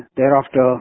thereafter